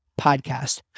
Podcast